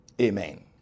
Amen